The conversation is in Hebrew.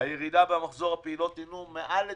הירידה במחזור הפעילות הינו מעל ל-95%,